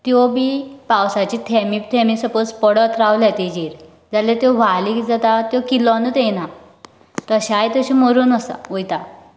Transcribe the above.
त्यो बी पावसाचे थेंबे थेंबे सपोज पडत रावले तेजेर जाल्यार त्यो वाली कितें जाता त्यो किल्लोनूत येना तश्या तश्यो मरून आसा वयता